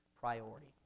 priority